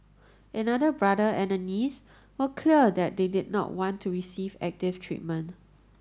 another brother and a niece were clear that they did not want to receive active treatment